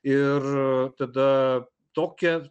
ir tada tokia